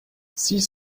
six